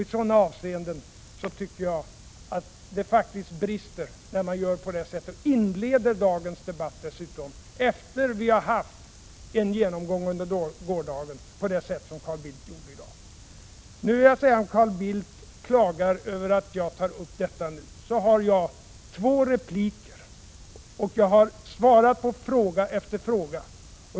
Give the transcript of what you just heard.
I sådana avseenden tycker jag faktiskt att det brister när man efter den genomgång vi hade under gårdagen inleder dagens debatt på det sätt som Carl Bildt gjorde. Om Carl Bildt klagar över att jag tar upp detta nu, vill jag säga följande. Jag har rätt till två repliker. Jag har svarat på fråga efter fråga.